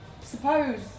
suppose